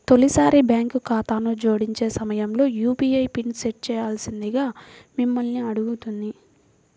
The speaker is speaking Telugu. తొలిసారి బ్యాంక్ ఖాతాను జోడించే సమయంలో యూ.పీ.ఐ పిన్ని సెట్ చేయాల్సిందిగా మిమ్మల్ని అడుగుతుంది